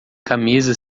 camisa